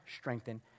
strengthen